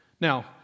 Now